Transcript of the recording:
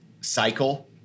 cycle